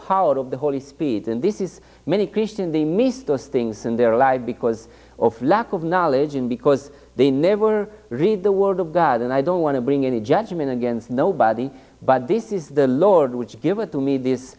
power of the holy spirit and this is many christian the mr sting's in their lives because of lack of knowledge and because they never read the word of god and i don't want to bring any judgment against nobody but this is the lord which giver to me this